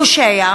פושע,